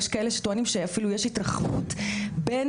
יש כאלה שטוענים שאפילו יש התרחבות בין